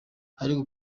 ariko